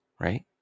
Right